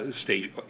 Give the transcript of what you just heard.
state